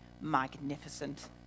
magnificent